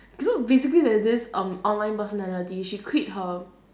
you know basically there's this um online personality she quit her